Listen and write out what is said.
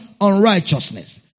unrighteousness